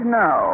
no